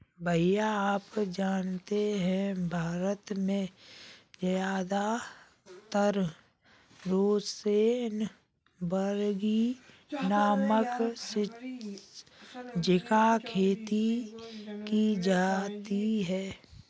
भैया आप जानते हैं भारत में ज्यादातर रोसेनबर्गी नामक झिंगा खेती की जाती है